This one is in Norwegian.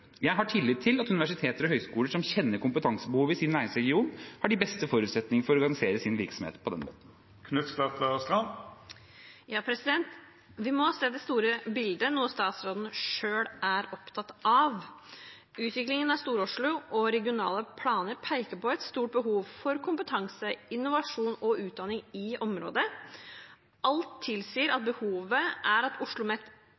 Jeg har tillit til at universiteter og høyskoler, som kjenner kompetansebehovene i sin nærregion, har de beste forutsetninger for å organisere sin virksomhet på den måten. Vi må se det store bildet, noe statsråden selv er opptatt av. Utviklingen i Stor-Oslo og regionale planer peker på et stort behov for kompetanse, innovasjon og utdanning i området. Alt tilsier at behovet er at OsloMet